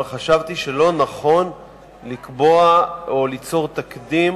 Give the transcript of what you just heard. אבל חשבתי שלא נכון לקבוע או ליצור תקדים